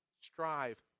strive